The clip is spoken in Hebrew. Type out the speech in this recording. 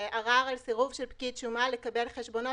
זה ערר על סירוב של פקיד שומה לקבל חשבונות,